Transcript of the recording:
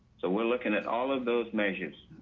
so we're looking at all of those measures.